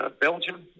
Belgium